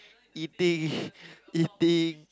eating eating